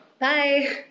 Bye